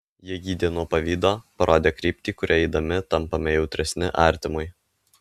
jie gydė nuo pavydo parodė kryptį kuria eidami tampame jautresni artimui